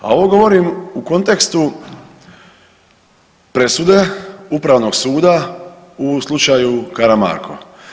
A ovo govorim u kontekstu presude Upravnog suda u slučaju Karamarko.